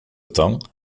temps